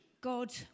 God